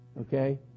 okay